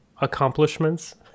accomplishments